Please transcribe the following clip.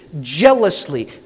jealously